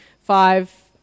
five